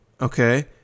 Okay